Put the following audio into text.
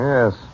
Yes